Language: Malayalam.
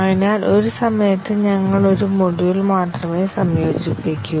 അതിനാൽ ഒരു സമയത്ത് ഞങ്ങൾ ഒരു മൊഡ്യൂൾ മാത്രമേ സംയോജിപ്പിക്കൂ